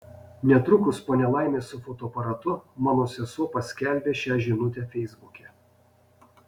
netrukus po nelaimės su fotoaparatu mano sesuo paskelbė šią žinutę feisbuke